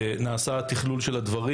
נעשה תכלול של הדברים.